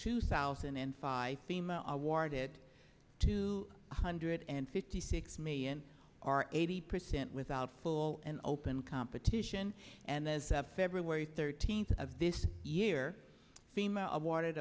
two thousand and five female awarded two hundred and fifty six million or eighty percent without full and open competition and as a february thirteenth of this year female awarded